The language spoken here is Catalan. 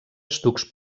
estucs